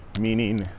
meaning